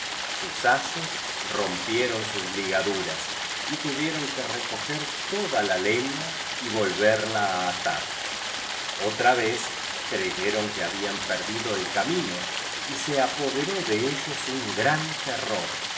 sus haces rompieron sus ligaduras y tuvieron que recoger toda la lefia y volverla á atar otra vez creyeron que habían perdido el ca mino y se apoderó de ellos un gran terror